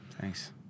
Thanks